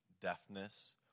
deafness